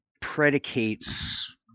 predicates